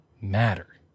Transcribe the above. matter